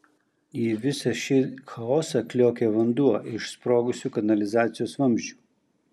į visą šį chaosą kliokė vanduo iš sprogusių kanalizacijos vamzdžių